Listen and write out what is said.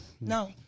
No